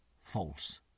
false